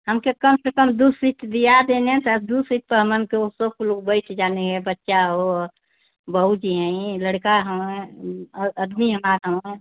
हमके कम से कम दो सीट दिया देंगे तब दो सीट पर हमन के ओसो कुलो बईठ जाने है बच्चा हो बहू जी हईं लड़का हैं अदमी हमार हैं